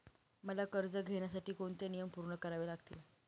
मला कर्ज घेण्यासाठी कोणते नियम पूर्ण करावे लागतील?